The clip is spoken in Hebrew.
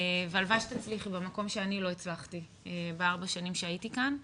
והלוואי שתצליחי במקום שאני לא הצלחתי בארבע שנים שהייתי כאן.